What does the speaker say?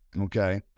okay